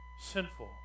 sinful